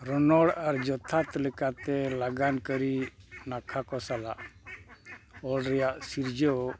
ᱨᱚᱱᱚᱲ ᱟᱨ ᱡᱚᱛᱷᱟᱛ ᱞᱮᱠᱟᱛᱮ ᱞᱟᱜᱟᱱ ᱠᱟᱹᱨᱤ ᱱᱟᱠᱷᱟ ᱠᱚ ᱥᱟᱞᱟᱜ ᱚᱞ ᱨᱮᱭᱟᱜ ᱥᱤᱨᱡᱟᱹᱣ